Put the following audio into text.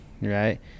Right